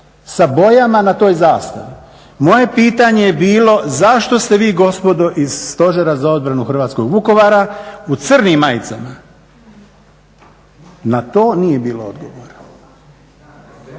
sa bojama na toj zastavi. Moje pitanje je bilo zašto ste vi gospodo iz Stožera za obranu hrvatskog Vukovara u crnim majicama? Na to nije bilo odgovora.